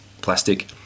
plastic